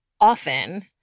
often